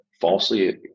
falsely